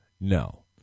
No